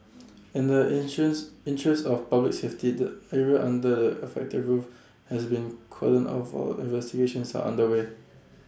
in the interest interest of public safety the area under the affected roof has been cordoned off while investigations are underway